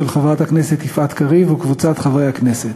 של חברת הכנסת יפעת קריב וקבוצת חברי הכנסת,